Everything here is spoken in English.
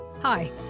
Hi